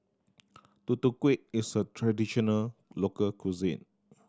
Tutu Kueh is a traditional local cuisine